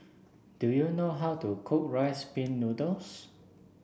do you know how to cook Rice Pin Noodles